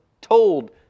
told